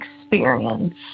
experience